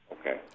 Okay